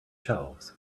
shelves